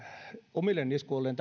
omille niskoilleen